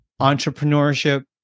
entrepreneurship